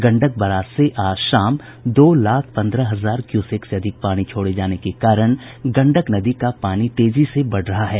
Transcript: Gandak barrage से आज शाम दो लाख पंद्रह हजार क्यूसेक से अधिक पानी छोड़े जाने के कारण गंडक नदी का पानी तेजी से बढ़ रहा है